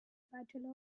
battle